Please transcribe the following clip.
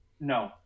No